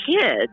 kids